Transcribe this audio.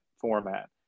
format